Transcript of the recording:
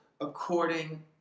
according